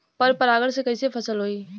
पर परागण से कईसे फसल होई?